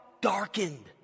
darkened